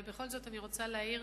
אבל בכל זאת אני רוצה להעיר